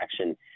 action